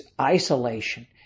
isolation